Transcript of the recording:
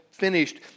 finished